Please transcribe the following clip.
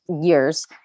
years